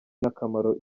n’akamaro